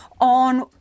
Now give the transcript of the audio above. on